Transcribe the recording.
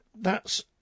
That's